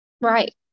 Right